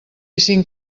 cinc